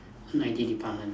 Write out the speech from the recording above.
own I_T department ah